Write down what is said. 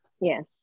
yes